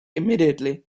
immediately